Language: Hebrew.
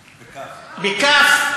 בכ"ף,